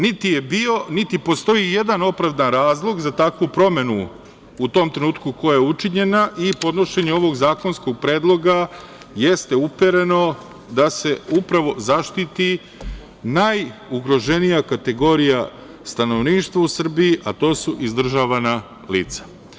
Niti je bio, niti postoji i jedan opravdan razlog za takvu promenu u tom trenutku koja je učinjena i podnošenje ovog zakonskog predloga jeste upereno da se upravo zaštiti najugroženija kategorija stanovništva u Srbiji, a to su izdržavana lica.